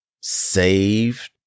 saved